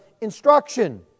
instruction